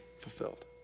fulfilled